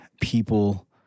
people